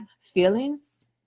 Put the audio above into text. feelings